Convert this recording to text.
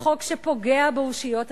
בחוק שפוגע באושיות הדמוקרטיה.